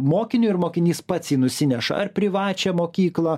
mokiniui ir mokinys pats jį nusineša ar privačią mokyklą